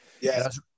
Yes